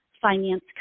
finance